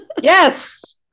Yes